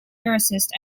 lyricist